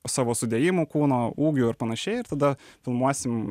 savo sudėjimu kūno ūgiu ir panašiai ir tada filmuosim